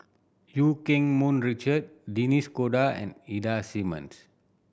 Eu Keng Mun Richard Denis Cotta and Ida Simmons